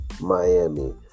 Miami